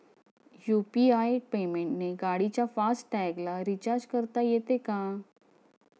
UPI पेमेंटने गाडीच्या fast टॅगला रिर्चाज करता येते का?